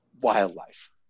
wildlife